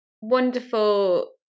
wonderful